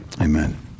Amen